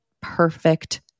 perfect